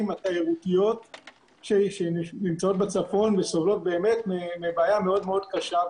התיירותיות שנמצאות בצפון וסובלות באמת מבעיה מאוד מאוד קשה,